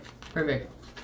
Perfect